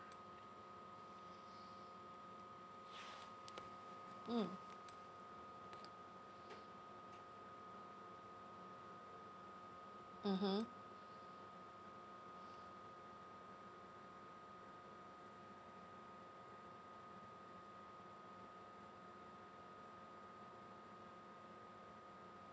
mm mmhmm